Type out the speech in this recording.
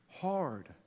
hard